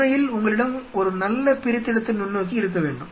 உண்மையில் உங்களிடம் ஒரு நல்ல பிரித்தெடுத்தல் நுண்ணோக்கி இருக்க வேண்டும்